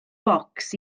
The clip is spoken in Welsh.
bocs